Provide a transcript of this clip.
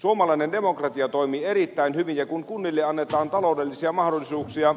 suomalainen demokratia toimii erittäin hyvin ja kun kunnille annetaan taloudellisia mahdollisuuksia